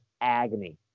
agony